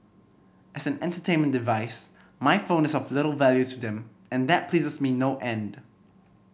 as an entertainment device my phone is of little value to them and that pleases me no end